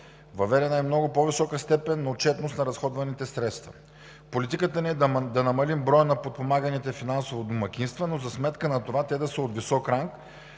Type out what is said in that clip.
Въведена е много по-висока степен на отчетност на разходваните средства. Политиката ни е да намалим броя на подпомаганите финансово домакинства, но за сметка на това те да са от висок ранг